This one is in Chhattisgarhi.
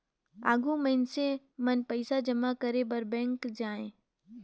आघु मइनसे मन पइसा जमा करे बर बेंक जाएं